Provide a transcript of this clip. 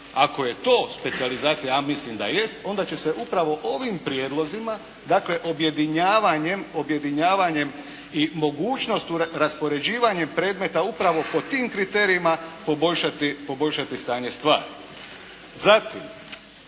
Ako je to specijalizacija a mislim da jest onda će se upravo ovim prijedlozima, dakle objedinjavanjem i mogućnost raspoređivanja predmeta upravo po tim kriterijima poboljšati stanje stvari. Zatim,